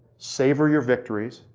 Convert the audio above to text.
savor your victories.